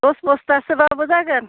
दस बस्थासोब्लाबो जागोन